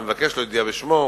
ומבקש להודיע בשמו,